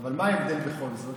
אבל מה ההבדל בכל זאת?